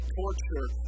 torture